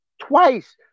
twice